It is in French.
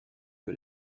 que